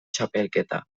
txapelketa